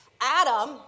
Adam